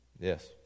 Yes